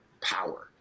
power